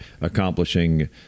accomplishing